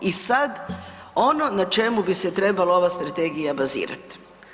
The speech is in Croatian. I sad ono na čemu bi se trebalo ova Strategija bazirati.